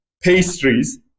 pastries